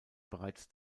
bereits